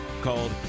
called